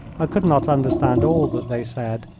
i could not understand all that they said,